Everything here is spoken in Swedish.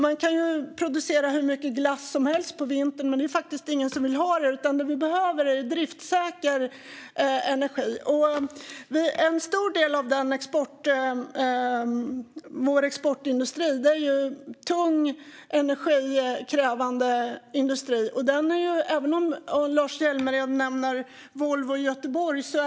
Man kan producera hur mycket glass om helst på vintern, men det är faktiskt ingen som vill ha det. Det vi behöver är driftssäker energi. En stor del av vår exportindustri är tung, energikrävande industri. Lars Hjälmered nämner Volvo i Göteborg.